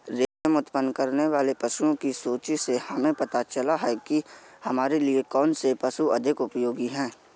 रेशम उत्पन्न करने वाले पशुओं की सूची से हमें पता चलता है कि हमारे लिए कौन से पशु अधिक उपयोगी हैं